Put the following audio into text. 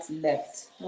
left